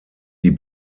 die